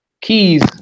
keys